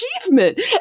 achievement